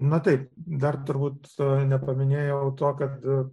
na taip dar turbūt nepaminėjau to kad